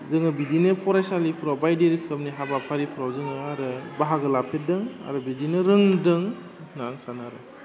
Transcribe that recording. जोङो बिदिनो फरायसालिफ्राव बायदि रोखोमनि हाबाफारिफ्राव जोङो आरो बाहागो लाफैदों आरो बिदिनो रोंदों होन्ना आं सानो आरो